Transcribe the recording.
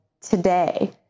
today